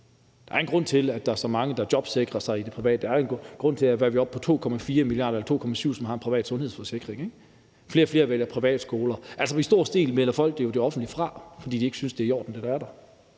Der er en grund til, at der er så mange, der jobsikrer sig i det private. Der er en grund til, at vi er oppe på 2,7 millioner , som har en privat sundhedsforsikring. Flere og flere vælger privatskoler. Altså, i stor stil vælger folk jo det offentlige fra, fordi de ikke synes, at det, der er der,